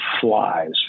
Flies